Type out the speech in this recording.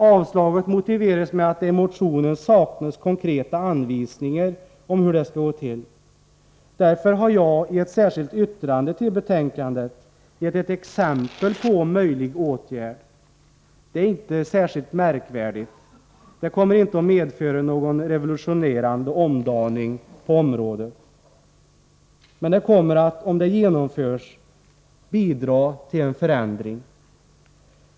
Avstyrkandet motiveras med att det i motionen saknas konkreta anvisningar om hur en sådan breddning av rekryteringen skall gå till. Därför har jag i ett särskilt yttrande till betänkandet gett ett exempel på möjlig åtgärd. Förslaget är inte särskilt märkvärdigt, och det kommer inte att medföra någon revolutionerande omdaning på området, men det kommer, om det genomförs, att bidra till en förändring.